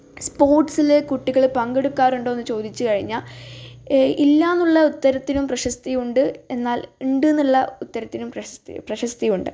സ്പോർട്സില് കുട്ടികള് പങ്കെടുക്കാറുണ്ടോന്ന് ചോദിച്ച് കഴിഞ്ഞാൽ ഇല്ലാന്നുള്ള ഉത്തരത്തിനും പ്രശസ്തിയുണ്ട് എന്നാൽ ഉണ്ട് എന്നുള്ള ഉത്തരത്തിനും പ്രശസ്തി പ്രശസ്തിയുണ്ട്